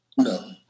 No